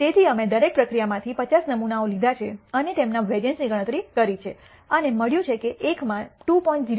તેથી અમે દરેક પ્રક્રિયામાંથી 50 નમૂનાઓ લીધા છે અને તેમના વેરિઅન્સની ગણતરી કરી છે અને મળ્યું છે કે એકમાં 2